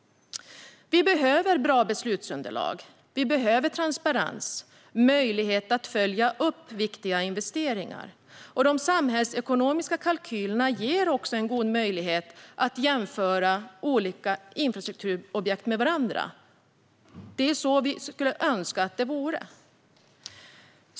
Vi behöver bra beslutsunderlag. Vi behöver transparens och möjlighet att följa upp viktiga investeringar. De samhällsekonomiska kalkylerna ger också en god möjlighet att jämföra olika infrastrukturobjekt med varandra. Det är så vi skulle önska att det vore.